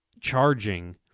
charging